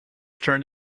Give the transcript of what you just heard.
turned